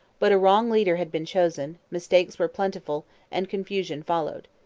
but a wrong leader had been chosen mistakes were plentiful and confusion followed.